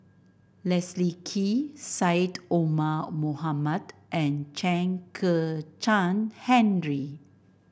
Leslie Kee Syed Omar Mohamed and Chen Kezhan Henri